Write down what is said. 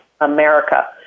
America